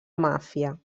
màfia